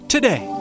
Today